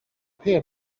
peer